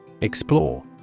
Explore